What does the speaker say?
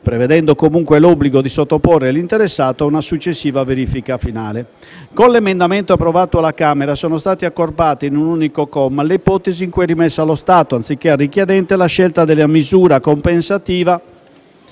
prevedendo comunque l'obbligo di sottoporre l'interessato a una successiva verifica finale. Con l'emendamento approvato alla Camera sono state accorpate in unico comma le ipotesi in cui è rimessa allo Stato, anziché al richiedente, la scelta della misura compensativa